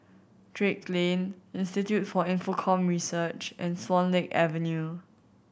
Drake Lane Institute for Infocomm Research and Swan Lake Avenue